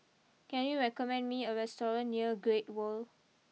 can you recommend me a restaurant near Great World